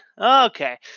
okay